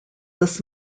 this